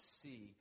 see